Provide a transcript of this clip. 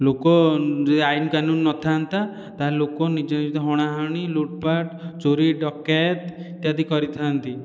ଲୋକ ଯଦି ଆଇନ କାନୁନ ନ ଥା'ନ୍ତା ତା'ହେଲେ ଲୋକ ନିଜେ ନିଜେ ହଣା ହଣି ଲୁଟ ପାଟ ଚୋରି ଡକାୟତ ଇତ୍ୟାଦି କରିଥା'ନ୍ତି